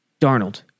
Darnold